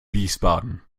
wiesbaden